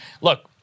Look